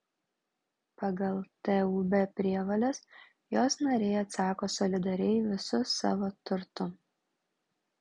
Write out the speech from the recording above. pagal tūb prievoles jos nariai atsako solidariai visu savo turtu